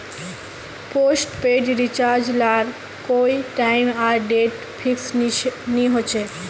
postpaid recharge लार कोए time आर डेट फिक्स नि होछे